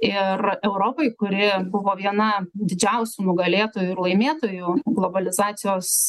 ir europai kuri buvo viena didžiausių nugalėtojų ir laimėtojų globalizacijos